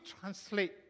translate